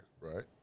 Right